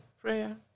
prayer